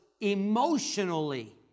emotionally